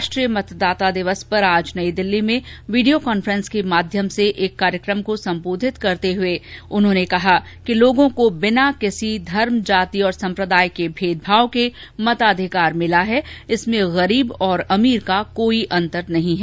राष्ट्रीय मतदाता दिवस पर आज नई दिल्ली में वीडियो कांफ्रेंस के माध्यम से एक कार्यक्रम को संबोधित करते हए उन्होंने कहा कि लोगों को बिना किसी धर्म जाति और सम्प्रदाय के भेदभाव के मताधिकार मिला है इसमें गरीब और अमीर का कोई अंतर नहीं है